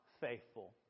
faithful